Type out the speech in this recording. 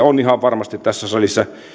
on ihan varmasti tässä salissa